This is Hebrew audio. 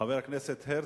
חבר הכנסת הרצוג,